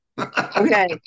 Okay